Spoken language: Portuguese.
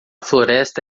floresta